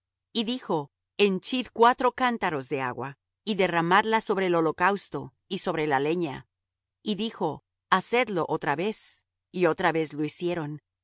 y dijo henchid cuatro cántaros de agua y derramadla sobre el holocausto y sobre la leña y dijo hacedlo otra vez y otra vez lo hicieron